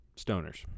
stoners